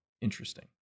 interesting